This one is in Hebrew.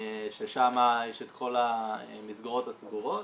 ששם יש את כל המסגרות החוץ ביתיות הסגורות.